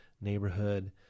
neighborhood